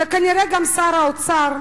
וכנראה גם שר האוצר,